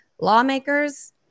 Lawmakers